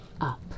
up